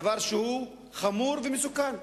דבר שהוא חמור ומסוכן.